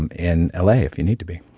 and in l a. if you need to be.